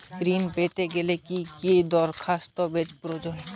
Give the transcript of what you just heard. ঋণ পেতে গেলে কি কি দস্তাবেজ প্রয়োজন?